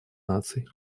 наций